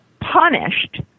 punished